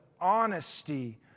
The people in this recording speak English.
honesty